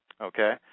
Okay